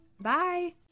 Bye